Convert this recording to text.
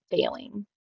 failing